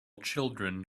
children